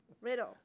riddle